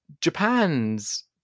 japan's